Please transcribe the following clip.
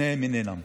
שניהם אינם,